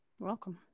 welcome